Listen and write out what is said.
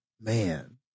Man